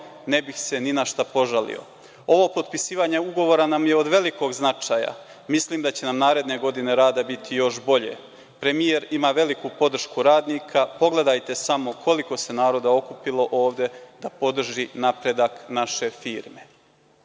ne bih se ni na šta požalio. Ovo potpisivanje ugovora nam je od velikog značaja. Mislim da će nam naredne godine rada biti još bolje. Premijer ima veliku podršku radnika. Pogledajte samo koliko se naroda okupilo ovde da podrži napredak naše firme“.